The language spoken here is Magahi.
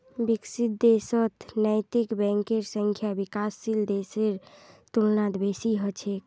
विकसित देशत नैतिक बैंकेर संख्या विकासशील देशेर तुलनात बेसी छेक